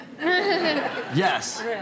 Yes